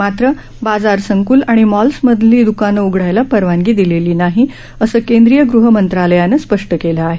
मात्र बाजार संक्लं आणि मॉल्समधली दुकानं उघडायला परवानगी दिलेली नाही असं केंद्रीय गृह मंत्रालयानं स्पष्ट केलं आहे